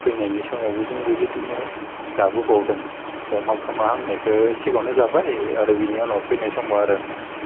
फैनायनि समावबो जों बेबायदिनो जाबोबावदों अमा खोमा हांनायखौ सिगाङावनो जाबाय आरो बिनि उनाव फैनाय समाव आरो